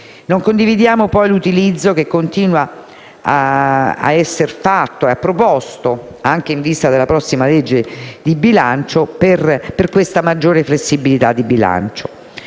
Non condividiamo poi l'utilizzo che continua ad essere proposto, anche in vista della prossima legge di bilancio, di questa maggiore flessibilità di bilancio: